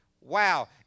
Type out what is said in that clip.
wow